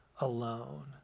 alone